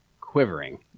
quivering